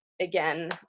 again